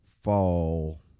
fall